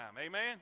amen